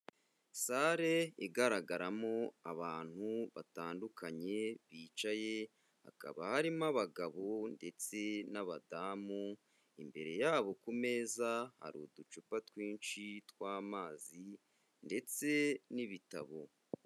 Sale igaragaramo abantu batandukanye bicaye, hakaba harimo abagabo ndetse n'abadamu, imbere yabo ku meza hari uducupa twinshi tw'amazi ndetse n'ibitabo.